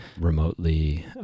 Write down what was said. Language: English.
remotely